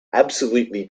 absolutely